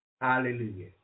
Hallelujah